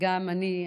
גם לי,